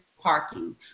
parking